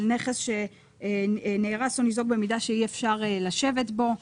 על נכס שנהרס או ניזוק במידה שאי אפשר לשבת בו.